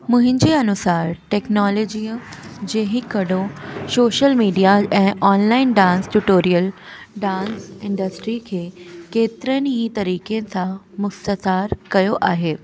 मुंहिंजे अनुसार टेक्नोलॉजीअ जे हीउ कॾों शोशल मीडिआ ऐं online dance tutorial dance industry खे केतरनि ई तरीक़े सां मुस्तसार कयो आहे